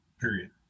period